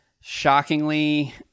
shockingly